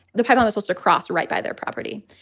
the pipeline was just across right by their property,